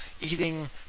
eating